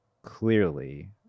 clearly